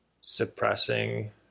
suppressing